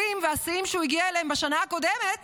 והשיאים שהוא הגיע אליהם בשנה הקודמת